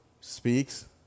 speaks